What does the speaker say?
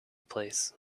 place